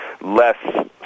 less